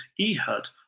Ehud